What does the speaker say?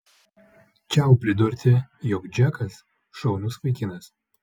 čiau pridurti jog džekas šaunus vaikinas